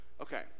okay